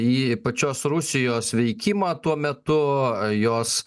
į pačios rusijos veikimą tuo metu jos